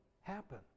happen